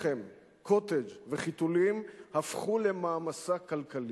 לחם, "קוטג'" וחיתולים הפכו למעמסה כלכלית.